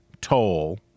toll